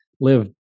live